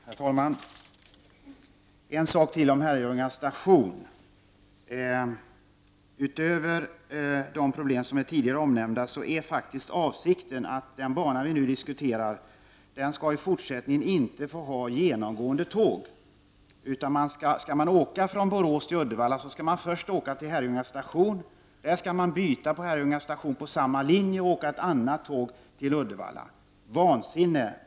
Herr talman! Jag vill tillägga en sak om Herrljunga station. Utöver de tidigare omnämnda problemen är avsikten att den bana vi nu diskuterar i fortsättningen inte skall trafikeras med genomgående tåg. Skall man åka från Borås till Uddevalla måste man först åka till Herrljunga station. På Herrljunga station skall man byta på samma linje och åka med ett annat tåg till Uddevalla. Vansinne!